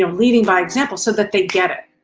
um leading by example so that they get it.